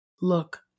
Look